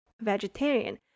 vegetarian